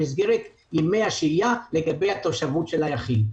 במסגרת ימי השהייה לגבי התושבות של היחיד.